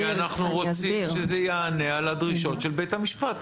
כי אנחנו רוצים שזה יענה על הדרישות של בית המשפט.